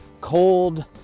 cold